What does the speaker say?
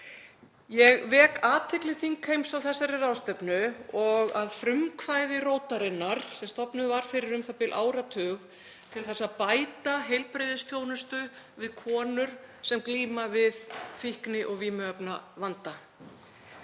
Ég vek athygli þingheims á þessari ráðstefnu og á frumkvæði Rótarinnar sem stofnuð var fyrir u.þ.b. áratug til að bæta heilbrigðisþjónustu við konur sem glíma við fíkni- og vímuefnavanda.